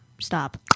Stop